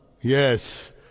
Yes